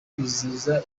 kwizihiza